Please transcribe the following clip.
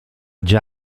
già